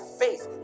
faith